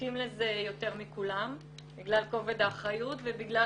זקוקים לזה יותר מכולם בגלל כובד האחריות ובגלל